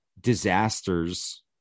disasters